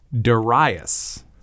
Darius